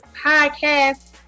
podcast